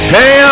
Hey